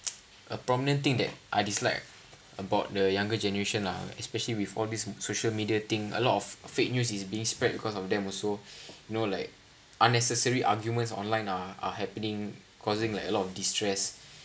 a prominent thing that I dislike about the younger generation lah especially with all these social media thing a lot of fake news is being spread because of them also you know like unnecessary arguments online are are happening causing like a lot of distress